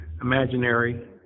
Imaginary